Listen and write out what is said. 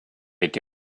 été